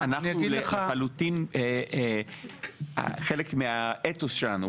לחלוטין חלק מהאתוס שלנו,